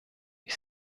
ich